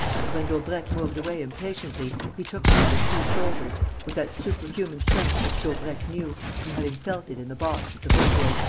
and, when daubrecq moved away impatiently, he took him by the two shoulders, with that superhuman strength which daubrecq knew, from having felt it in the box at the vaudeville,